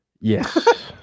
Yes